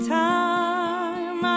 time